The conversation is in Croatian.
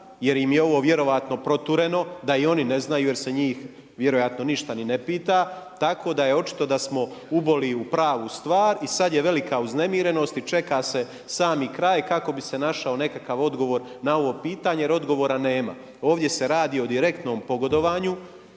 jer im je ovo vjerojatno protureno, da ni oni ne znaju, jer se njih vjerojatno ništa ne pita. Tako da je očito da smo uboli u pravu stvar i sad je velika uznemirenost i čeka se sami kaj kako bi se našao nekakav odgovor na ovo pitanje, jer odgovora nema. Ovdje se radi o direktnom pogodovanju,